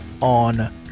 on